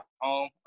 home